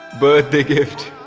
birthday gift!